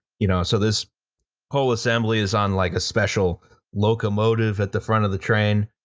you know so this whole assembly is on like a special locomotive at the front of the train.